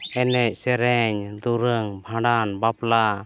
ᱮᱱᱮᱡ ᱥᱮᱨᱮᱧ ᱫᱩᱨᱟᱹᱝ ᱵᱷᱟᱸᱰᱟᱱ ᱵᱟᱯᱞᱟ